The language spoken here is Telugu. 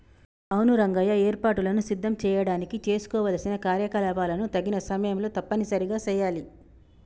అవును రంగయ్య ఏర్పాటులను సిద్ధం చేయడానికి చేసుకోవలసిన కార్యకలాపాలను తగిన సమయంలో తప్పనిసరిగా సెయాలి